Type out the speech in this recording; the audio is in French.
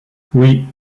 oui